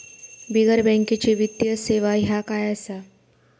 बिगर बँकेची वित्तीय सेवा ह्या काय असा?